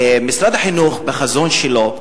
משרד החינוך בחזון שלו,